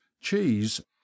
cheese